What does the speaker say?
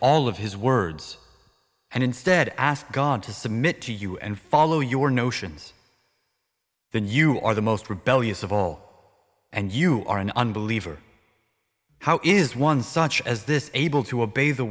all of his words and instead asked god to submit to you and follow your notions then you are the most rebellious of all and you are an unbeliever how is one such as this able to obey the